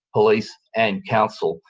police and council.